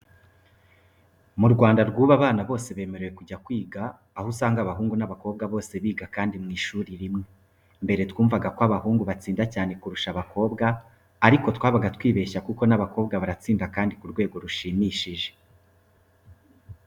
Mu Rwanda rw'ubu abana bose bemerewe kujya kwiga, aho usanga abahungu n'abakobwa bose biga kandi mu ishuri rimwe. Mbere twumvaga ko abahungu batsinda cyane kurusha abakobwa ariko twabaga twibeshya kuko n'abakobwa baratsinda kandi ku rwego rushimishije.